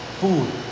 Food